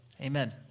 amen